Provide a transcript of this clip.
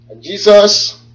Jesus